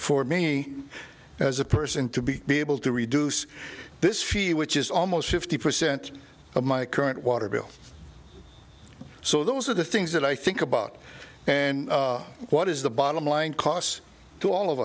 for me as a person to be able to reduce this fear which is almost fifty percent of my current water bill so those are the things that i think about and what is the bottom line costs to all of